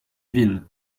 ville